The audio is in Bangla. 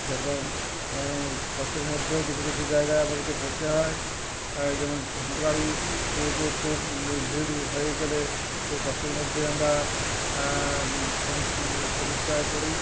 সেরকম কষ্টের মধ্যেও কিছু কিছু জায়গায় আমাদেরকে পড়তে হয় যেমন ছোটো গাড়ি এতে খুব ভিড় হয়ে গেলে খুব কষ্টের মধ্যে আমরা সমস সমস্যায় পড়ি